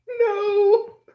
No